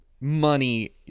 Money